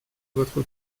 votre